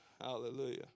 Hallelujah